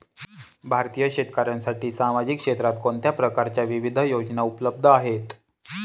भारतीय शेतकऱ्यांसाठी सामाजिक क्षेत्रात कोणत्या प्रकारच्या विविध योजना उपलब्ध आहेत?